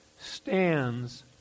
stands